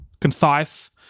concise